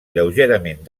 lleugerament